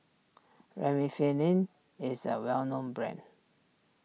Remifemin is a well known brand